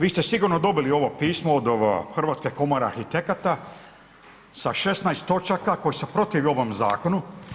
Vi ste sigurno dobili ovo pismo od Hrvatske komore arhitekata sa 16 točaka koje se protivi ovom zakonu.